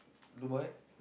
Dubai